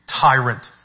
tyrant